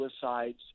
suicides